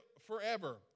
forever